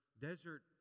desert